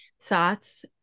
thoughts